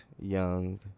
Young